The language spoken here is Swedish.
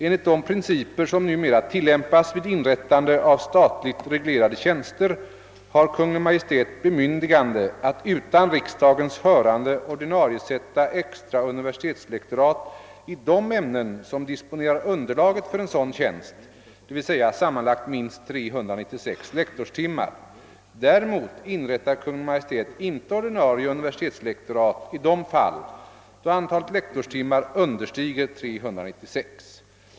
Enligt de principer som numera tillämpas vid inrättande av statligt reglerade tjänster har Kungl. Maj:t bemyndigande att utan riksdagens hörande ordinariesätta extra universitetslektorat i de ämnen som disponerar underlaget för en sådan tjänst, dvs. sammanlagt minst 396 lektorstimmar. Däremot inrättar Kungl. Maj:t inte ordinarie universitetslektorat i de fall då antalet lektorstimmar understiger 396.